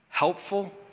Helpful